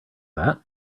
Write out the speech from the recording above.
that